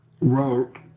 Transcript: wrote